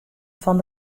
fan